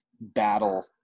battle